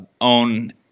own